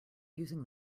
using